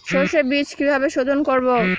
সর্ষে বিজ কিভাবে সোধোন করব?